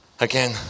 again